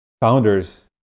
founders